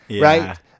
right